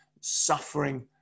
suffering